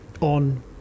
on